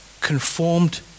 conformed